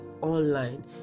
online